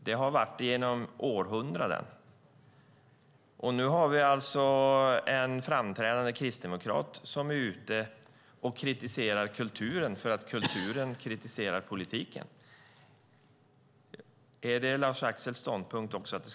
Så har det varit genom århundraden. Nu finns en framträdande kristdemokrat som kritiserar kulturen för att kulturen kritiserar politiken. Är det Lars-Axels ståndpunkt?